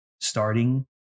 starting